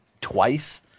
twice